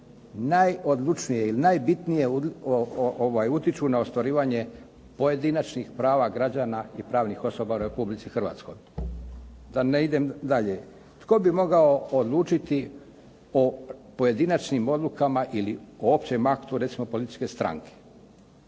najodlučnije ili najbitnije utječu na ostvarivanje pojedinačnih prava građana i pravnih osoba u Republici Hrvatskoj. Da ne idem dalje. Tko bi mogao odlučiti o pojedinačnim odlukama ili o općem aktu, recimo političke stranke?